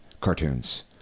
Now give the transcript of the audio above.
cartoons